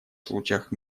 случаях